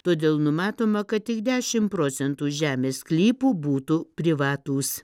todėl numatoma kad tik dešim procentų žemės sklypų būtų privatūs